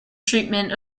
treatment